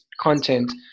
content